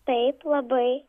taip labai